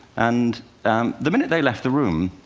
and the minute they left the room,